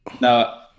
no